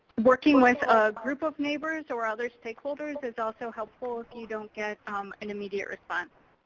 working with a group of neighbors or other stakeholders is also helpful if you don't get an immediate response.